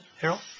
Harold